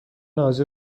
نازی